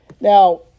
Now